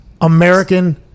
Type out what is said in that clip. American